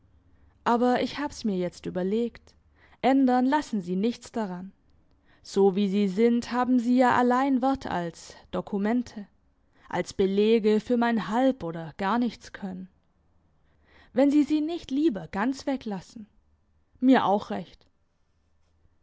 aber ich hab's mir jetzt überlegt ändern lassen sie nichts daran so wie sie sind haben sie ja allein wert als dokumente als belege für mein halb oder garnichtskönnen wenn sie sie nicht lieber ganz weglassen mir auch recht